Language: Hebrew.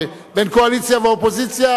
בין קואליציה ואופוזיציה